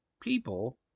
people